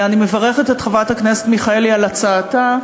אני מברכת את חברת הכנסת מיכאלי על הצעתה,